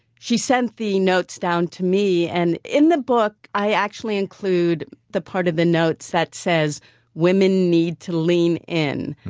she sent the notes down to me, and in the book i actually include the part of the notes that says women need to lean in.